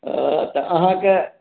ओ तऽ अहाँकेँ